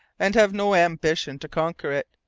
and have no ambition to conquer it.